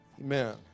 Amen